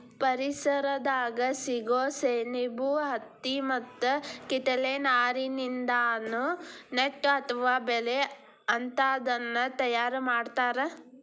ಪರಿಸರದಾಗ ಸಿಗೋ ಸೆಣಬು ಹತ್ತಿ ಮತ್ತ ಕಿತ್ತಳೆ ನಾರಿನಿಂದಾನು ನೆಟ್ ಅತ್ವ ಬಲೇ ಅಂತಾದನ್ನ ತಯಾರ್ ಮಾಡ್ತಾರ